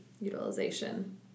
utilization